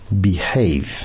behave